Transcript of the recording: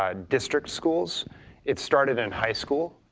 um district schools it started in high school,